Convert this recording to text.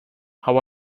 how